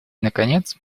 наконец